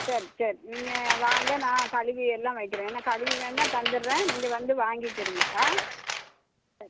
சரி சரி நீங்கள் வாங்க நான் கழுவி எல்லாம் வக்கிறேன் ஏன்னா கழுவி வேணா தந்துவிட்றேன் நீங்கள் வந்து வாங்கிக்கிடுங்க ஆ சரி